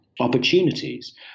Opportunities